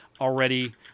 already